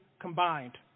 combined